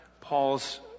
Paul's